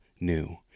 new